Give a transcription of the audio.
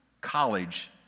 college